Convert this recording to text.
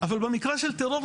אבל במקרה של טרור,